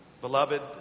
Beloved